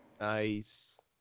nice